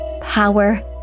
power